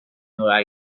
nueva